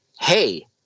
hey